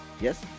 Yes